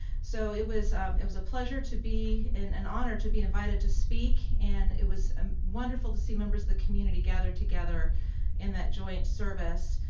so it was it was a pleasure to be, an honor to be invited to speak. and it was um wonderful to see members of the community gathered together in that joint service.